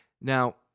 Now